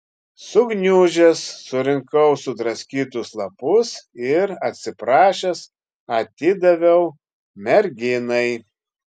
sugniužęs surinkau sudraskytus lapus ir atsiprašęs atidaviau merginai